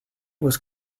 was